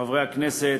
חברי הכנסת,